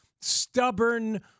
Stubborn